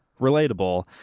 relatable